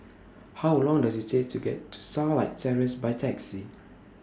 How Long Does IT Take to get to Starlight Terrace By Taxi